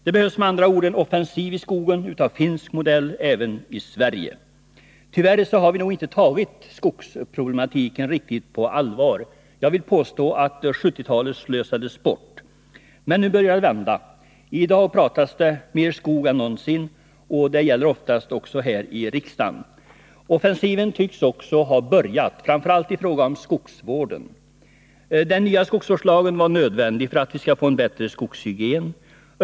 Det behövs med andra ord en offensiv för skogen av finsk modell även i Sverige. Tyvärr har vi nog inte tagit skogsproblematiken riktigt på allvar. Jag vill påstå att 1970-talet slösades bort. Men nu börjar det vända. I dag pratas det mera skog än någonsin. Det gäller även här i riksdagen. Offensiven tycks också ha börjat, framför allt i fråga om skogsvården. Den nya skogsvårdslagen var nödvändig för att vi skall få en bättre skogshygien.